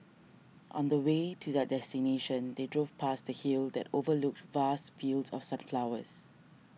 on the way to their destination they drove past a hill that overlooked vast fields of sunflowers